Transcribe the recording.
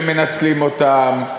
שמנצלים אותם,